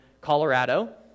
Colorado